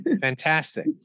fantastic